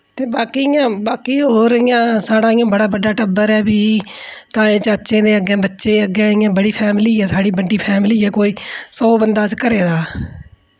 ते बाकी इ'यां बाकी होर इ'यां साढ़ा इ'यां बड़ा बड्डा टब्बर ऐ फ्ही ताये चाचें दे अग्गें बच्चे अग्गें इ'यां बड़ी फैमिली ऐ साढ़ी बद्दी फैमिली ऐ कोई सौ बंदा अस घरै दा